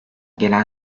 gelen